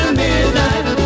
midnight